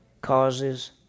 causes